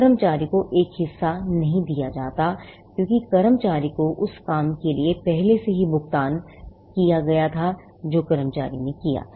कर्मचारी को एक हिस्सा नहीं दिया जाता है क्योंकि कर्मचारी को उस काम के लिए पहले से ही भुगतान किया गया था जो कर्मचारी ने किया था